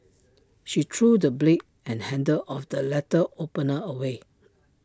she threw the blade and handle of the letter opener away